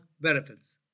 benefits